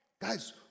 Guys